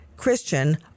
Christian